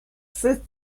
sixth